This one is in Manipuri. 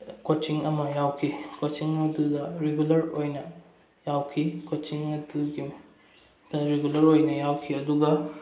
ꯀꯣꯠꯆꯤꯡ ꯑꯃ ꯌꯥꯎꯈꯤ ꯀꯣꯠꯆꯤꯡ ꯑꯗꯨꯗ ꯔꯤꯒꯨꯂꯔ ꯑꯣꯏꯅ ꯌꯥꯎꯈꯤ ꯀꯣꯠꯆꯤꯡ ꯑꯗꯨꯗ ꯔꯤꯒꯨꯂꯔ ꯑꯣꯏꯅ ꯌꯥꯎꯈꯤ ꯑꯗꯨꯒ